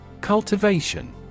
Cultivation